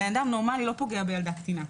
אדם נורמלי לא פוגע בילדה קטנה,